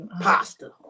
Pasta